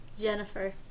Jennifer